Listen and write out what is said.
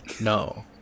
No